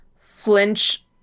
Flinch